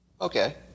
Okay